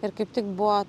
ir kaip tik buvo